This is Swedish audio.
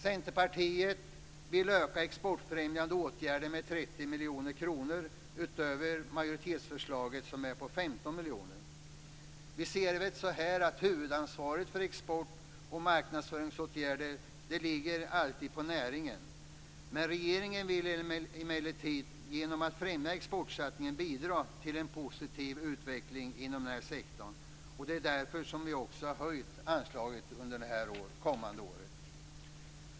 Centerpartiet vill öka exportfrämjande åtgärder med 30 miljoner kronor utöver majoritetsförslaget, som är på 15 miljoner. Som vi ser det ligger alltid huvudansvaret för export och marknadsföringsåtgärder på näringen. Regeringen vill emellertid genom att främja exportsatsningen bidra till en positiv utveckling inom den här sektorn, och det är därför vi har höjt anslaget under det kommande året.